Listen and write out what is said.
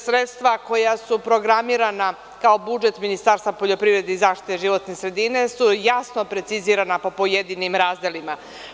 Sredstva koja su programirana kao budžet Ministarstva poljoprivrede i zaštite životne sredine su jasno precizirana po pojedinim razdelima.